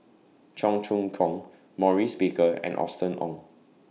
Cheong Choong Kong Maurice Baker and Austen Ong